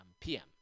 PM